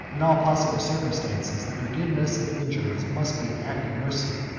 in all possible circumstances, the forgiveness of injuries must be an act of mercy,